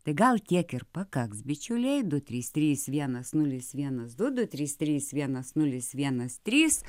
tai gal tiek ir pakaks bičiuliai du trys trys vienas nulis vienas du du trys trys vienas nulis vienas trys